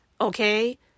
Okay